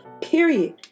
period